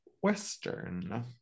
Western